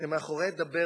כשמאחורי "דבר דוגרי"